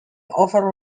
over